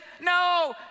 no